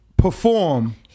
Perform